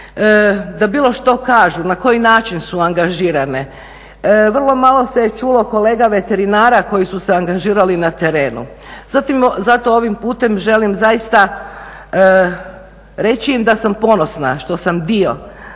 da bilo što kažu, na koji način su angažirane. Vrlo malo se je čulo kolega veterinara koji su se angažirali na terenu. Zato ovim putem želim zaista reći da sam ponosna što sam dio